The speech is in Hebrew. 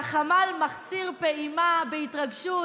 והחמ"ל מחסיר פעימה בהתרגשות,